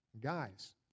Guys